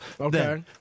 Okay